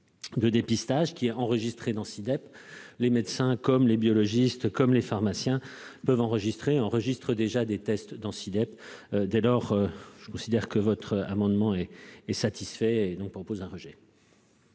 de dépistage qui est enregistré dans si DEP les médecins comme les biologistes comme les pharmaciens peuvent enregistrer enregistre déjà des tests dans si DEP, dès lors, je considère que votre amendement est est satisfait donc propose un rejet.